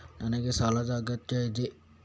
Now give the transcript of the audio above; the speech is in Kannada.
ನನಗೆ ಸಾಲದ ಅಗತ್ಯ ಇದೆ?